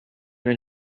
then